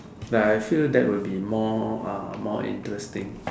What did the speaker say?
like I feel that will be more ah more interesting